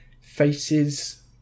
faces